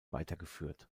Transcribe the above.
weitergeführt